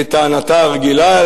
כטענתה הרגילה,